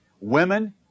women